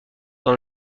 dans